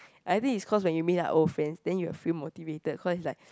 I think it's cause you meet up old friends then you feel motivated cause it's like